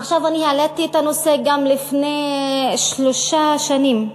עכשיו, אני העליתי את הנושא גם לפני שלוש שנים,